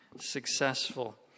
successful